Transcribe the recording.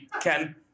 Ken